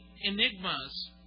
enigmas